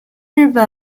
日本